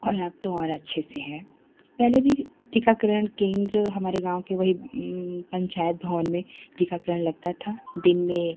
और अब तो और अच्छे से है पहले भी टीकाकरण केन्द्र हमारे गाँव के वही पंचायत भवन में टीकाकरण लगता था दिन में